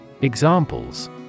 Examples